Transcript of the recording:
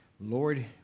Lord